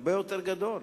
הרבה יותר גדול.